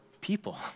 people